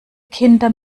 kinder